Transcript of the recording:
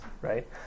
right